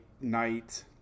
night